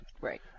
Right